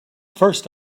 first